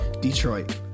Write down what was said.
Detroit